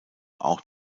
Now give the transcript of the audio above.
auch